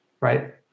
right